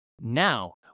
Now